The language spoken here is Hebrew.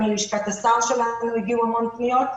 גם מלשכת השר שלנו הגיעו המון פניות.